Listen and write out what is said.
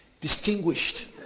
distinguished